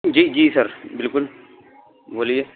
جی جی سر بالکل بولیے